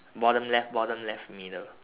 bottom left bottom left middle